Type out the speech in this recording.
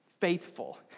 faithful